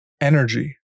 energy